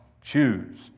choose